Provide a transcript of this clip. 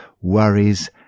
worries